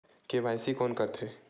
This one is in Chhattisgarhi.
के.वाई.सी कोन करथे?